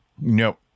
nope